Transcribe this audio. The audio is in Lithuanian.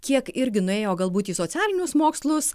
kiek irgi nuėjo galbūt į socialinius mokslus